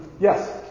Yes